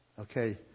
okay